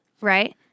right